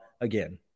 Again